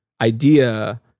idea